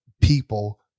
people